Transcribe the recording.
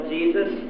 Jesus